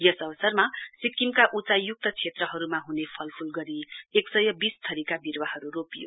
यस अवसरमा सिक्किमका उचाइयुक्त क्षेत्रहरुमा हुने फल फूल गरी एकसय वीस थरीका विरुवाहरु रोपियो